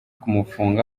kumufunga